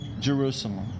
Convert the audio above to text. Jerusalem